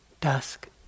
dusk